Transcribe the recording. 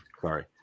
Sorry